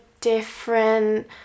different